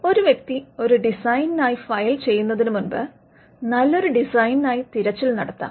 ഒരു വ്യക്തി ഒരു ഡിസൈനിനായി ഫയൽ ചെയ്യുന്നതിനുമുമ്പ് നല്ലൊരു ഡിസൈനിയായി തിരച്ചിൽ നടത്താം